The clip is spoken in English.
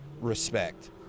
respect